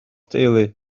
deulu